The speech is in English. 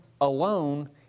alone